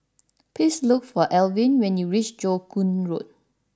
please look for Alvin when you reach Joo Koon Road